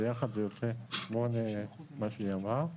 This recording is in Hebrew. ביחד זה יוצא הסכום שהיא אמרה.